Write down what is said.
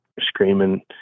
screaming